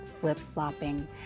flip-flopping